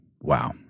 Wow